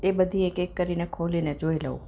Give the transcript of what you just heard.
એ બધી એક એક કરીને ખોલીને જોઈ લઉં